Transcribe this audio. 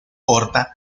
horta